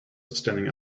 standing